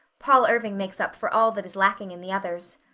paul irving makes up for all that is lacking in the others.